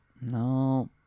No